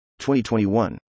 2021